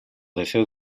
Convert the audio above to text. deseos